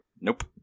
Nope